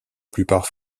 plupart